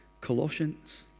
Colossians